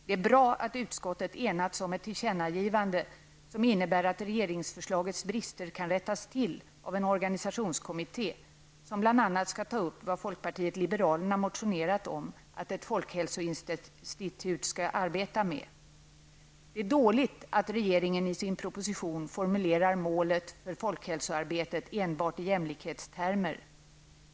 Det är bra att utskottet enats om ett tillkännagivande som innebär att regeringsförslagets brister kan rättas till av en organisationskommitté, som bl.a. skall ta upp vad folkpartiet liberalerna motionerat om, nämligen vad ett folkhälsoinstitut skall arbeta med. Det är dåligt att regeringen i sin proposition formulerar målet för folkhäloarbetet enbart i jämlikhetstermer.